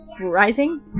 Rising